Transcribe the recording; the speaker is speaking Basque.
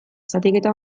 zatiketa